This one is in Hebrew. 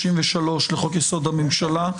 33 לחוק יסוד הממשלה.